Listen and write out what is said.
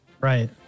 Right